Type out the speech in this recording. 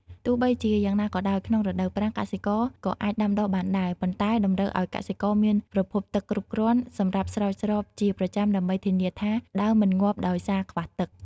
ទោះបីជាយ៉ាងណាក៏ដោយ ក្នុងរដូវប្រាំង កសិករក៏អាចដាំដុះបានដែរ ប៉ុន្តែតម្រូវឲ្យកសិករមានប្រភពទឹកគ្រប់គ្រាន់សម្រាប់ស្រោចស្រពជាប្រចាំដើម្បីធានាថាដើមមិនងាប់ដោយសារខ្វះទឹក។